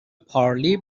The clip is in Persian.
پارلی